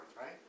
right